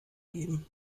geben